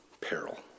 peril